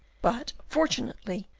but, fortunately,